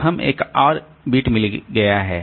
तो हम एक और बिट मिल गया है